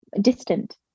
distant